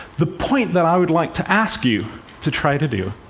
the point that i would like to ask you to try to do,